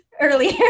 earlier